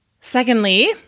Secondly